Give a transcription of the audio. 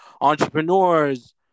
entrepreneurs